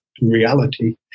reality